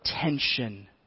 tension